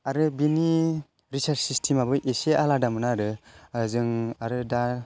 आरो बिनि recharge system आबो इसे आलादामोन आरो जों आरो दा